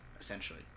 essentially